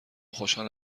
خوشحال